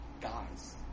guys